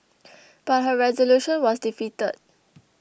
but her resolution was defeated